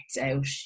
out